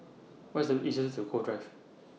What IS The easiest to Cove Drive